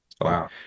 wow